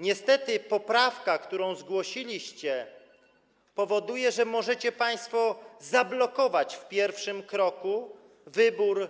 Niestety poprawka, którą zgłosiliście, powoduje, że możecie państwo zablokować w pierwszym kroku wybór